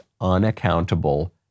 unaccountable